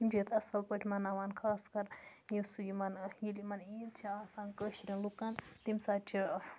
یِم چھِ ییٚتہِ اَصٕل پٲٹھۍ مَناوان خاص کَر یُس یِمَن ییٚلہِ یِمَن عیٖد چھِ آسان کٲشرٮ۪ن لُکَن تمہِ ساتہٕ چھِ